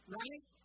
Right